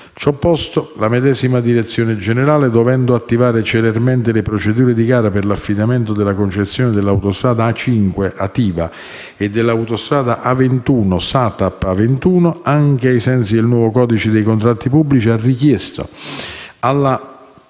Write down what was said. Ciò posto, la medesima direzione generale, dovendo attivare celermente le procedure di gara per il riaffidamento della concessione dell'autostrada A5 (ATIVA) e dell'autostrada A21 (SATAP A21), anche ai sensi del nuovo codice dei contratti pubblici, ha richiesto: